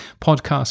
podcast